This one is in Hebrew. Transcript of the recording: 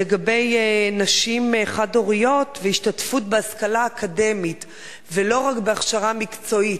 לגבי נשים חד-הוריות והשתתפות בהשכלה אקדמית ולא רק בהכשרה מקצועית,